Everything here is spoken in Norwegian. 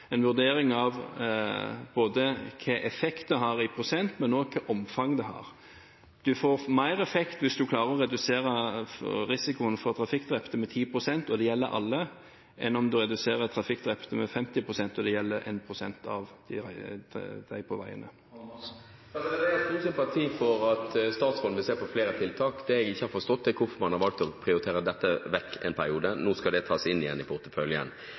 en vurdering både av hvilke effekter det har i prosent, men også hvilket omfang det har. En får mer effekt hvis en klarer å redusere risikoen for trafikkdrepte med 10 pst. og det gjelder alle, enn om en reduserer trafikkdrepte med 50 pst. og det gjelder 1 pst. av dem som er på veiene. Jeg har stor sympati for at statsråden vil se på flere tiltak. Det jeg ikke har forstått, er hvorfor man har valgt å prioritere dette bort en periode – nå skal det tas inn igjen i porteføljen.